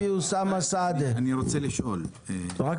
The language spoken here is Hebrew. אוסאמה סעדי ואחמד טיבי.